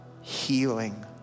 healing